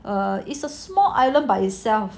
err it's a small island by itself